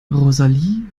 rosalie